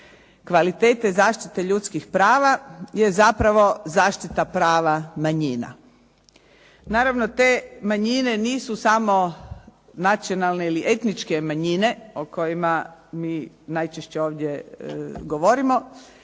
kvalitete zaštite ljudskih prava je zapravo zaštita prava manjina. Neravno te manjine nisu samo nacionalne ili etničke manjine o kojima mi najčešće ovdje govorimo,